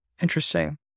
Interesting